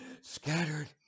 scattered